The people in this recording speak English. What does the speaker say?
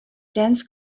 dense